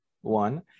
one